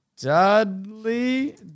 Dudley